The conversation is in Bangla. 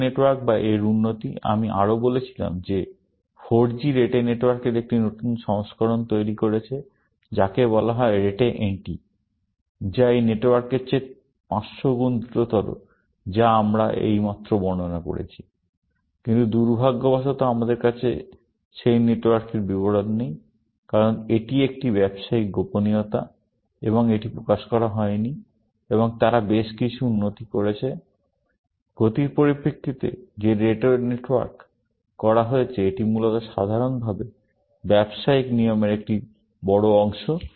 রেটে নেটওয়ার্ক বা এর উন্নতি আমি আরও বলেছিলাম যে 4G রেটে নেটওয়ার্কের একটি নতুন সংস্করণ তৈরি করেছে যাকে বলা হয় Rete NT যা এই নেটওয়ার্কের চেয়ে 500 গুণ দ্রুততর যা আমরা এইমাত্র বর্ণনা করেছি কিন্তু দুর্ভাগ্যবশত আমাদের কাছে সেই নেটওয়ার্কের বিবরণ নেই কারণ এটি একটি ব্যবসায়িক গোপনীয়তা এবং এটি প্রকাশ করা হয়নি কিন্তু তারা বেশ কিছু উন্নতি করেছে গতির পরিপ্রেক্ষিতে যে রেটে নেটওয়ার্ক করা হয়েছে এটি মূলত সাধারণভাবে ব্যবসায়িক নিয়মের একটি বড় অংশ